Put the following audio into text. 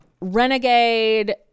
Renegade